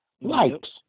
likes